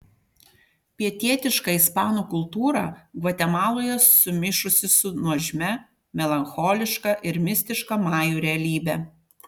pietietiška ispanų kultūra gvatemaloje sumišusi su nuožmia melancholiška ir mistiška majų realybe